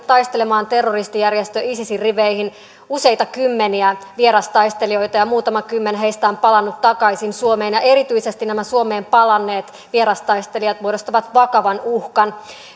taistelemaan terroristijärjestö isisin riveihin useita kymmeniä vierastaistelijoita ja muutama kymmen heistä on palannut takaisin suomeen erityisesti nämä suomeen palanneet vierastaistelijat muodostavat vakavan uhan